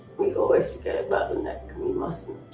we always forget about the neck and we mustn't.